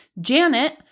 Janet